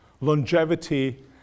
longevity